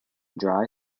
dry